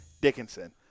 Dickinson